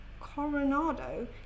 coronado